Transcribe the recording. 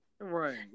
Right